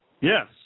Yes